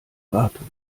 wartung